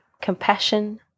compassion